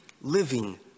living